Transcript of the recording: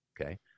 Okay